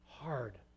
hard